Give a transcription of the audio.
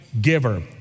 giver